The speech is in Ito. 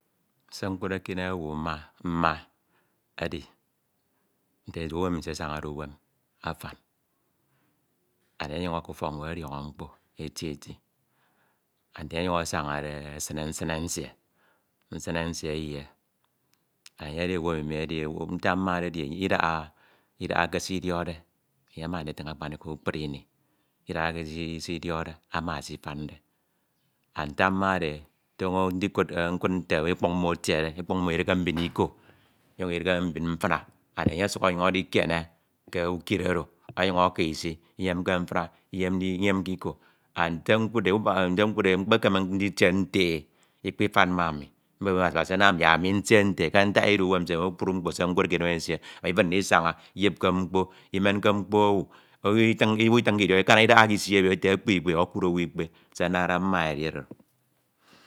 Se nkudde k'idem owu mma mma edi nte edu uwem nsie asañade odu uwem afan and e ọnyuñ aka ufọk ñwed ọdiọñọ mkpo eti and nte enye onyuñ asañade esine nsine nsie, nsine nsie eyie, and enye edi owu emi edide, ntak mmade edi enye idaha ke s'idiọkde enye ama nditirñ akpaniko kpukpri mi idaha ke sitiokkde, ama sifande ntak mmade e toño nsikud, nkud nte ekpuk mmo etiede, ekpak mmo idne mbin iko, ekpuk mma idihe mbin mfina and enye ọsuk ọnyuñ edi kied ke ukid oro ọnyuñ aki isi inyere ke mfina inyemki infeanke iko and se ntudde e mkpekeme ntie nte e itpifem ma ami mbebeñe Abasi yak Abasi anam yak ani ntie nte e, ntie nte eke ntak eduuwem nsine kpakpru mkpo se nkud k'idem nsie ifin ndisaña iyipke mkpo, mkpo owu owu ltin ke, owu ltinke idiọk iko idiane fanam idaha k'isi ebi ete ekpe ikpe ọ okud owu ikpe, se ndade mma e edioro ndo.